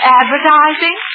advertising